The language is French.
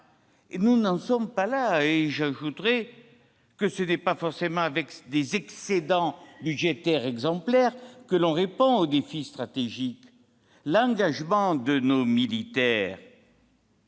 Nous n'en sommes pas là ! J'ajouterai que ce n'est pas forcément avec des excédents budgétaires exemplaires que l'on répond aux défis stratégiques ... L'engagement des militaires